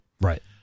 Right